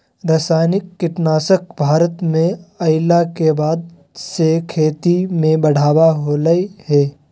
रासायनिक कीटनासक भारत में अइला के बाद से खेती में बढ़ावा होलय हें